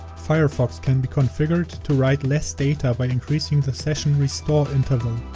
firefox can be configured to write less data by increasing the session restore interval.